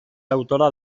autora